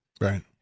Right